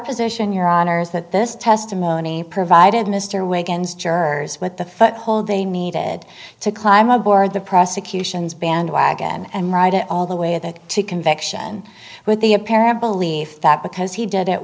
position your honour's that this testimony provided mr wiggins jurors with the foothold they needed to climb aboard the prosecution's bandwagon and ride it all the way that conviction with the apparent belief that because he did it